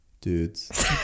Dudes